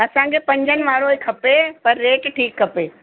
असांखे पंजनि वारो ई खपे पर रेट ठीकु खपे